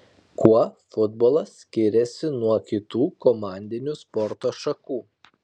kuo futbolas skiriasi nuo kitų komandinių sporto šakų